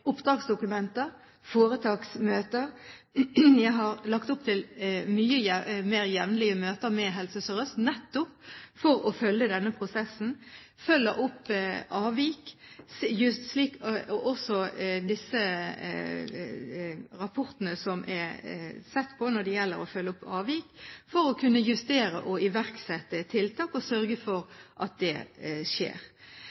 oppdragsdokumenter og foretaksmøter. Jeg har lagt opp til mye mer jevnlige møter med Helse Sør-Øst, nettopp for å følge denne prosessen, følge opp avvik, og også disse rapportene som er sett på når det gjelder å følge opp avvik, for å kunne justere og iverksette tiltak og sørge for